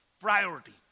priority